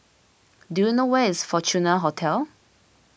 do you know where is Fortuna Hotel